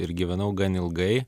ir gyvenau gan ilgai